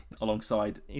Alongside